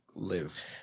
live